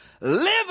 live